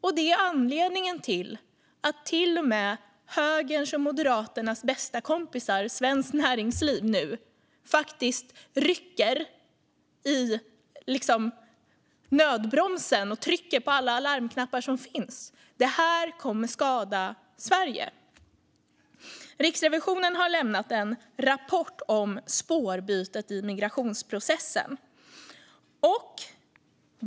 Och det är anledningen till att till och med högerns och Moderaternas bästa kompisar, Svenskt Näringsliv, nu faktiskt rycker i nödbromsen och trycker på alla larmknappar som finns. Detta kommer att skada Sverige. Riksrevisionen har lämnat en rapport om spårbytet i migrationsprocessen.